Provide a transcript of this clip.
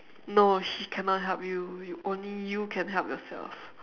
no she cannot help you only you can help yourself